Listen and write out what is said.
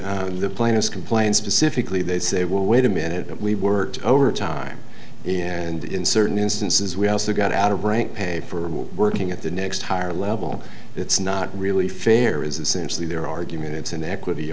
are the plaintiffs complain specifically they say well wait a minute we worked overtime and in certain instances we also got out of rank pay for working at the next higher level it's not really fair is essentially their argument it's an equity